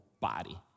body